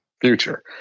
future